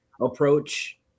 approach